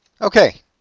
Okay